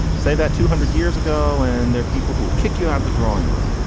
say that two hundred years ago and there are people who would kick you out of the drawing room.